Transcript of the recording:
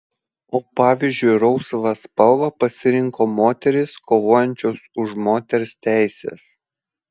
o pavyzdžiui rausvą spalvą pasirinko moterys kovojančios už moters teises